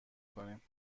کنیم